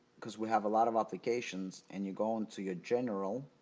because we have a lot of applications and you go into your general